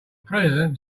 president